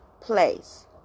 place